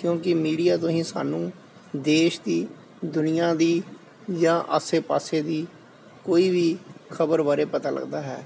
ਕਿਉਂਕਿ ਮੀਡੀਆ ਤੋਂ ਹੀ ਸਾਨੂੰ ਦੇਸ਼ ਦੀ ਦੁਨੀਆਂ ਦੀ ਜਾਂ ਆਸੇ ਪਾਸੇ ਦੀ ਕੋਈ ਵੀ ਖਬਰ ਬਾਰੇ ਪਤਾ ਲੱਗਦਾ ਹੈ